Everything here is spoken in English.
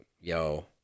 yo